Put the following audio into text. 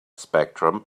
spectrum